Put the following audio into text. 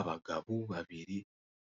Abagabo babiri